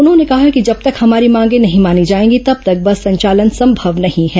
उन्होंने कहा कि जब तक हमारी मांगें नहीं मानी जाएंगी तब तक बस संचालन संभव नहीं है